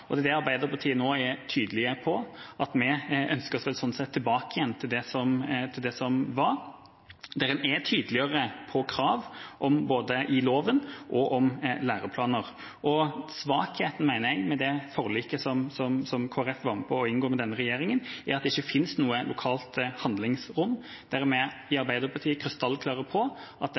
Det er det Arbeiderpartiet nå er tydelig på. Vi ønsker oss sånn sett tilbake til det som var, der en var tydeligere på krav både i loven og om læreplaner. Jeg mener svakheten ved det forliket Kristelig Folkeparti var med på å inngå med denne regjeringen, er at det ikke finnes noe lokalt handlingsrom. Der er vi i Arbeiderpartiet krystallklare på at en lokalt vet best, kjenner sin skolestruktur best og derfor bør ha muligheten til å bestemme det